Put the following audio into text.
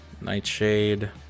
Nightshade